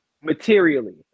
materially